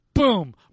Boom